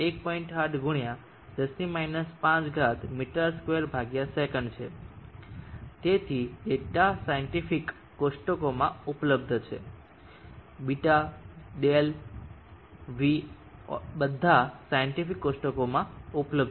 8X 10-5 મી2 સે છે આ બધા ડેટા સાયન્ટીફીક કોષ્ટકોમાં ઉપલબ્ધ છે β δ υ all બધા સાયન્ટીફીક કોષ્ટકોમાં ઉપલબ્ધ છે